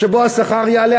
שבה השכר יעלה,